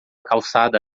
calçada